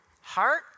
heart